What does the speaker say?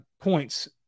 points